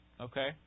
Okay